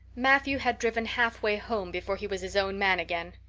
matthew had driven halfway home before he was his own man again.